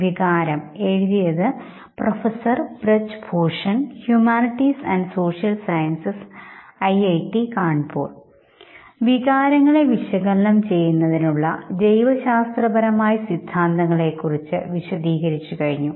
വികാരങ്ങളെ വിശകലനം ചെയ്യുന്നതിനുള്ള ജൈവശാസ്ത്രപരമായ സിദ്ധാന്തങ്ങളെ കുറിച്ച് വിശദീകരിച്ചു കഴിഞ്ഞു